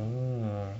oh